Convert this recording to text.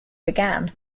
began